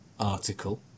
Article